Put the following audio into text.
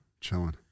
Chilling